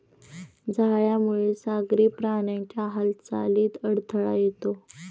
जाळ्यामुळे सागरी प्राण्यांच्या हालचालीत अडथळा येतो